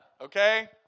Okay